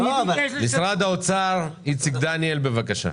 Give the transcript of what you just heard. משרד האוצר, איציק דניאל, בבקשה.